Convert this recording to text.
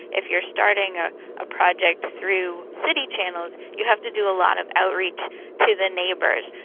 if you're starting ah a project through city channels you have to do a lot of outreach to the neighbours,